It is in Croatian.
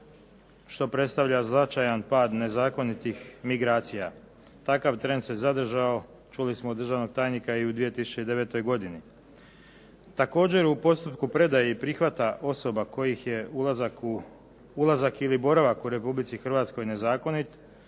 što predstavlja značajan pad nezakonitih migracija. Takav trend se zadržao, čuli smo od državnog tajnika, i u 2009. godini. Također u postupku predaje i prihvata osoba kojih je ulazak ili boravak u RH nezakonit